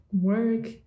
work